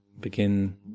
begin